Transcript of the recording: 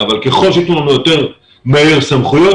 אבל ככל שייתנו לנו יותר מהר סמכויות,